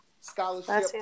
scholarship